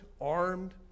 armed